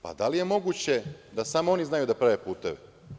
Pa, da li je moguće da samo oni znaju da prave puteve?